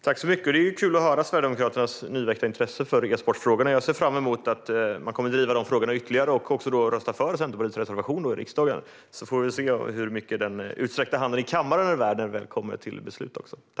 Fru talman! Det är kul att höra Sverigedemokraternas nyväckta intresse för e-sportfrågorna. Jag ser fram emot att man kommer att driva dem ytterligare och också rösta för Centerpartiets reservation i riksdagen. Vi får se hur mycket den utsträckta handen i kammaren är värd när det väl kommer till beslut.